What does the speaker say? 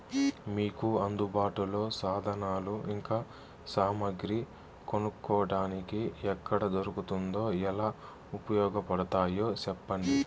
మీకు అందుబాటులో సాధనాలు ఇంకా సామగ్రి కొనుక్కోటానికి ఎక్కడ దొరుకుతుందో ఎలా ఉపయోగపడుతాయో సెప్పండి?